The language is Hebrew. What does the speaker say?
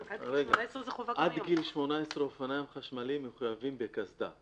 עד גיל 18 אופניים חשמליים מחויבים בקסדה.